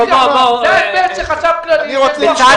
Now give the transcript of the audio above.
זה ההסבר של החשב הכללי,